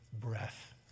breath